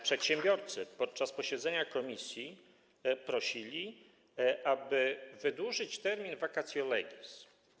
Przedsiębiorcy podczas posiedzenia komisji prosili, aby wydłużyć termin vacatio legis.